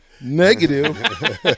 Negative